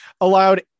allowed